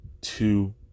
two